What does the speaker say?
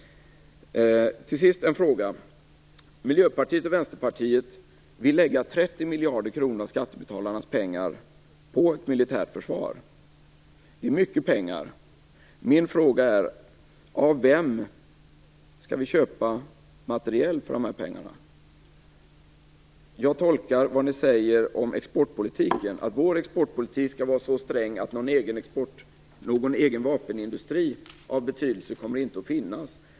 Till sist har jag en fråga. Miljöpartiet och Vänsterpartiet vill lägga 30 miljarder kronor av skattebetalarnas pengar på ett militärt försvar. Det är mycket pengar. Min fråga är: Av vem skall vi köpa materiel för dessa pengar? Jag tolkar det ni säger om exportpolitiken som att vår exportpolitik skall vara så sträng att vi inte kommer att ha någon egen vapenindustri av betydelse.